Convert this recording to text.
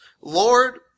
Lord